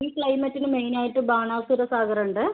ഈ ക്ലൈമറ്റിന് മെയിൻ ആയിട്ട് ബാണാസുര സാഗർ ഉണ്ട്